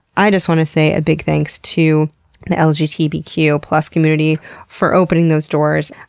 i just want to say a big thanks to the lgtbq plus community for opening those doors.